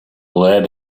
lead